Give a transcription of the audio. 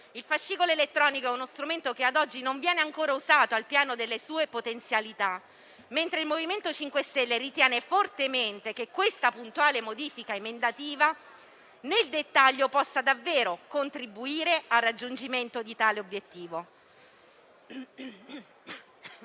Il fascicolo elettronico è uno strumento che - a oggi - non viene ancora usato al pieno delle sue potenzialità, mentre il MoVimento 5 Stelle ritiene fortemente che questa puntuale modifica emendativa nel dettaglio possa davvero contribuire al raggiungimento di tale obiettivo.